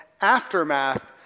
Aftermath